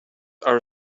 our